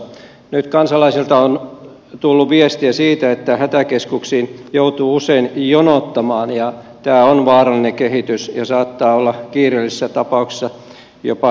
nyt kansalaisilta on tullut viestiä siitä että hätäkeskuksiin joutuu usein jonottamaan ja tämä on vaarallinen kehitys ja saattaa olla kiireellisissä tapauksissa jopa hengenvaarallista